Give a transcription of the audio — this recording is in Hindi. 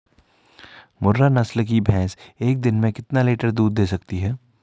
मुर्रा नस्ल की भैंस एक दिन में कितना लीटर दूध दें सकती है?